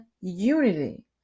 unity